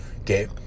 Okay